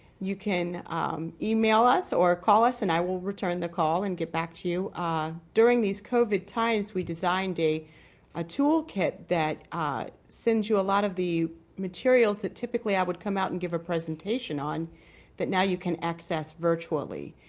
you can email us or call us and i will return the call and get back to you during these covid times we designed a a tool kit that ah since you a lot of the materials that typically i would come out and give a presentation on that now you can access virtually.